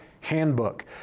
handbook